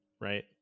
right